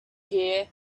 hear